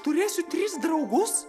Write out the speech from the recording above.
turėsiu tris draugus